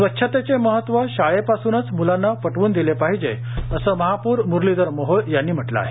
स्वच्छतेचे महत्व शाळेपासूनच मुलांना पटवून दिले पाहिजे असं महापौर मुरलीधर मोहोळ यांनी म्हटलं आहे